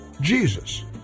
Jesus